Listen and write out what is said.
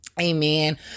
amen